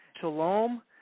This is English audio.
Shalom